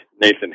Nathan